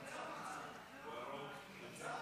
חבריי חברי הכנסת ------ חבר הכנסת